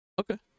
Okay